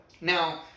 Now